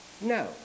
No